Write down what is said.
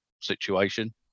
situation